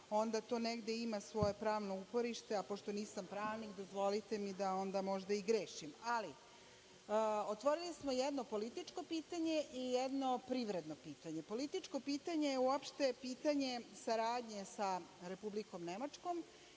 onda to negde ima svoje pravno uporište, a pošto nisam pravnik dozvolite mi da onda i možda grešim. Otvorili smo jedno političko pitanje i jedno privredno pitanje. Političko pitanje je uopšte pitanje saradnje sa Republikom Nemačkom